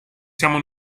siamo